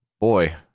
Boy